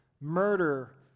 murder